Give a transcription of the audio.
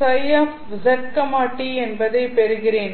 ψzt என்பதைப் பெறுகிறேன்